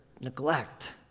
neglect